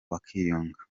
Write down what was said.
bakiyunga